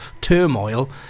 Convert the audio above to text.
turmoil